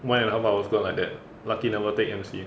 one and a half hours gone like that lucky never take mc